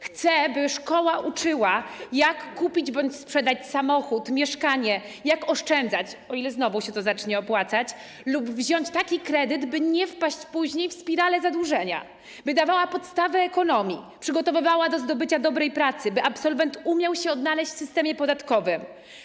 Chcę, by szkoła uczyła, jak kupić bądź sprzedać samochód, mieszkanie, jak oszczędzać, o ile znowu się to zacznie opłacać, lub wziąć taki kredyt, by nie wpaść później w spiralę zadłużenia, by dawała podstawy ekonomii, przygotowywała do zdobycia dobrej pracy, by absolwent umiał się odnaleźć w systemie podatkowym.